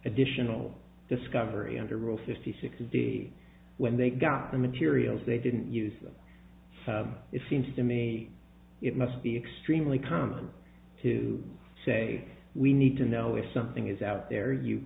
additional discovery under rule fifty six b when they got the materials they didn't use them it seems to me it must be extremely common to say we need to know if something is out there you